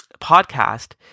podcast